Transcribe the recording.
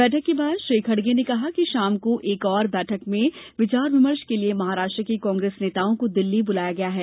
बैठक के बाद श्री खडगे ने कहा कि शाम को एक और बैठक में विचार विमर्श के लिए महाराष्ट्र के कांग्रेस नेताओं को दिल्ली बुलाया गया है